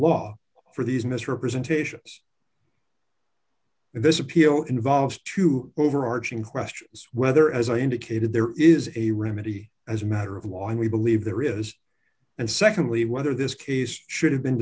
law for these misrepresentations this appeal involves two overarching questions whether as i indicated there is a remedy as a matter of why we believe there is and secondly whether this case should have been